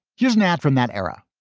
here's an ad from that era,